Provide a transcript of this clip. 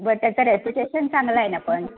बरं त्याचा रेप्युटेशन चांगला आहे ना पण